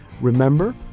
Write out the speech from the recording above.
remember